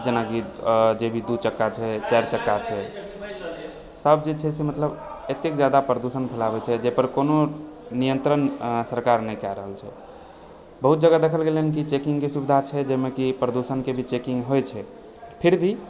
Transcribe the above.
जेनाकि दू चक्का छै चारि चक्का छै सब जे छै से मतलब एतेक जादा प्रदुषण फैलाबै छै कि कोनो नियन्त्रण सरकार नहि कए रहल छै बहुत जगह देखल गेलै हन कि चेकिङ्गके सुविधा छै जाहिमे कि प्रदुषणके भी चेकिङ्ग होइ छै फिर भी